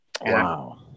Wow